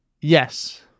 Yes